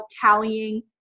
tallying